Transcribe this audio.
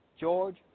George